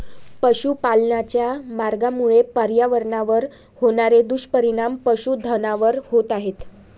पशुपालनाच्या मार्गामुळे पर्यावरणावर होणारे दुष्परिणाम पशुधनावर होत आहेत